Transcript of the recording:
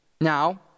Now